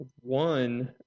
One